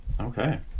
okay